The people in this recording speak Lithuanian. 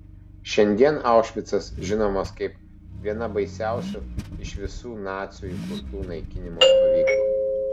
šiandien aušvicas žinomas kaip viena baisiausių iš visų nacių įkurtų naikinimo stovyklų